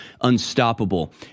unstoppable